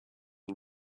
den